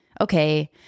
Okay